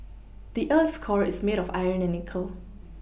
the earth's core is made of iron and nickel